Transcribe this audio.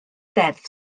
ddeddf